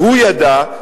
והוא ידע,